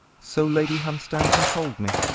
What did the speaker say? so lady hunstanton told me.